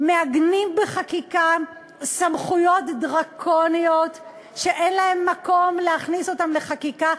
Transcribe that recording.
מעגנים בחקיקה סמכויות דרקוניות שאין מקום להכניס אותן לחקיקה.